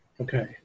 Okay